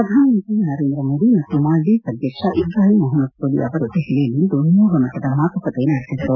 ಪ್ರಧಾನಮಂತ್ರಿ ನರೇಂದ್ರ ಮೋದಿ ಮತ್ತು ಮಾಲ್ಡೀವ್ಸ್ ಅಧ್ಯಕ್ಷ ಇಬ್ರಾಹಿಂ ಮೊಹಮ್ಮದ್ ಸೋಲಿ ಅವರು ದೆಹಲಿಯಲ್ಲಿಂದು ನಿಯೋಗಮಟ್ಟದ ಮಾತುಕತೆ ನಡೆಸಿದರು